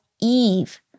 Eve